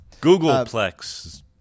Googleplex